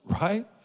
right